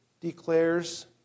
declares